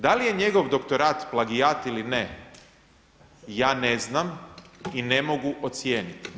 Da li je njegov doktorat plagijat ili ne, ja ne znam i ne mogu ocijeniti.